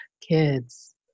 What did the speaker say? kids